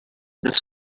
this